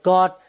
God